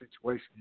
situation